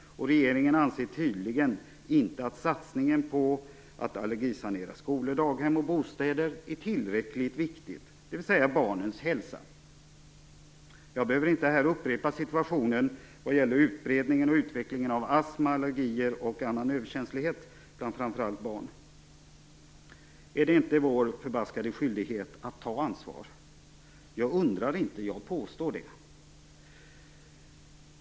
Regeringen anser tydligen inte att satsningen på att allergisanera skolor, daghem och bostäder - dvs. barnens hälsa - är tillräckligt viktig. Jag behöver inte här upprepa situationen vad gäller utbredningen och utvecklingen av astma, allergier och annan överkänslighet bland framför allt barn. Är det inte vår förbaskade skyldighet att ta ansvar? Jag undrar inte, utan jag påstår det.